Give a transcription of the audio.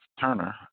Turner